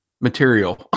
material